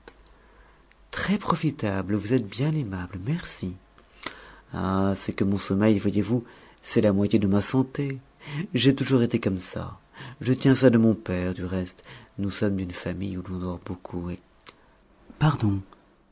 très profitable vous êtes bien aimable merci ah c'est que mon sommeil voyez-vous c'est la moitié de ma santé j'ai toujours été comme ça je tiens ça de mon père du reste nous sommes d'une famille où l'on dort beaucoup et pardon